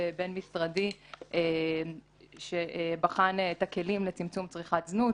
בין-משרדי שבחן את הכלים לצמצום צריכת זנות,